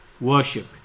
worship